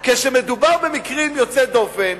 כשמדובר במקרים יוצאי דופן,